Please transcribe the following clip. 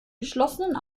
geschlossenen